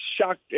shocked